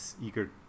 eager